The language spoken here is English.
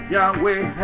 Yahweh